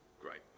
Great